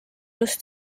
just